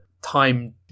time